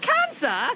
Cancer